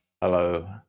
Hello